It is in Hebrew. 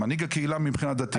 מנהיג הקהילה מבחינה דתית.